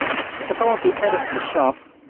if i want to edit the shop.